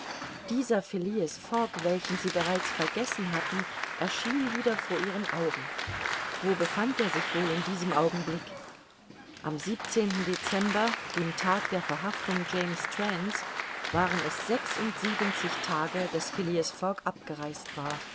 dieser phileas fogg welchen sie bereits vergessen hatten erschien wieder vor ihren augen wo befand er sich wohl in diesem augenblick am dezember dem tag der verhaftung james strand's waren es sechsundsiebenzig tage daß phileas fogg abgereist war